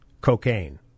cocaine